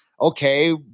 okay